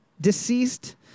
deceased